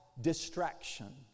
distraction